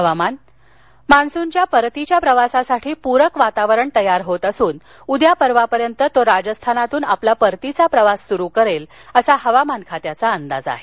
हवामान मान्सूनच्या परतीच्या प्रवासासाठी प्रक वातावरण तयार होत असून उद्या परवापर्यंत तो राजस्थानातून आपला परतीचा प्रवास सुरू करेल असा हवामान खात्याचा अंदाज आहे